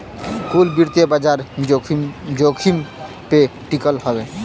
कुल वित्तीय बाजार जोखिम पे टिकल हौ